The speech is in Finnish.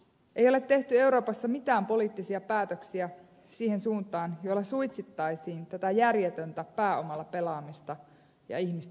ei ole tehty euroopassa mitään poliittisia päätöksiä siihen suuntaan jolla suitsittaisiin tätä järjetöntä pääomalla pelaamista ja ihmisten rahastamista